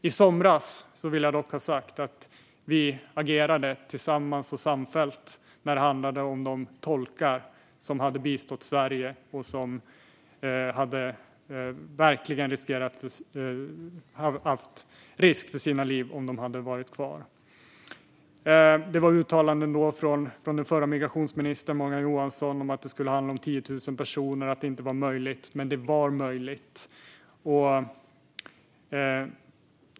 Jag vill dock ha sagt att vi i somras agerade samfällt när det handlade om de tolkar som hade bistått Sverige och verkligen skulle ha haft risk för sina liv om de varit kvar. Dåvarande migrationsminister Morgan Johansson uttalade att det skulle handla om 10 000 personer och att det inte var möjligt att göra. Men det var möjligt.